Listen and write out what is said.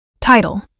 Title